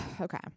Okay